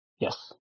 yes